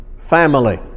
family